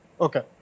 Okay